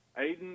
Aiden